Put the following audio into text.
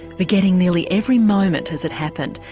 forgetting nearly every moment as it happened,